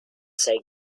say